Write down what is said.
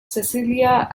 cecilia